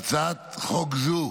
בהצעת חוק זו,